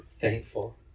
thankful